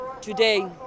today